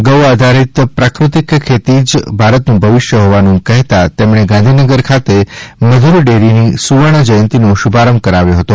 ગૌ આધારિત પ્રાકૃતિક ખેતી જ ભારતનું ભવિષ્ય હોવાનું કહેતા તેમણે ગાંધીનગર ખાતે મધુર ડેરીની સુવર્ણ જયંતીનો શુભારંભ કરાવ્યો હતો